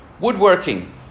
Woodworking